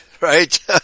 right